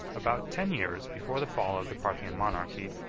about ten years before the fall of the parthian monarchy,